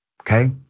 okay